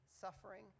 suffering